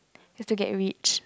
is to get rich